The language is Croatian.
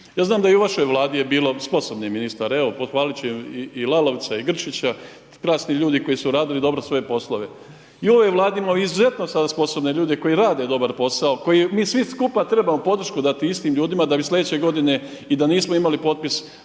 Ja znam da i u vašoj Vladi je bilo sposobnih ministara, evo, pohvalit ću i Lalovca i Grčića, krasni ljudi koji su radili dobro svoje poslove. I u ovoj Vladi imamo izuzetno sposobne ljude koji rade dobar posao, koji mi svi skupa podršku dati tim istim ljudima da bi slijedeće godine i da nismo imali potpis